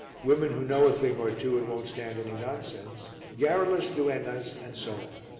women who know a thing or two and won't stand any nonsense, garrulous duennas and so on.